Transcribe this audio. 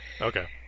Okay